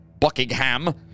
Buckingham